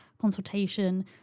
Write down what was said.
consultation